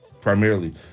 primarily